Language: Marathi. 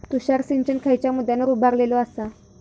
तुषार सिंचन खयच्या मुद्द्यांवर उभारलेलो आसा?